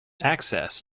access